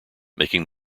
making